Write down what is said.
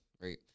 right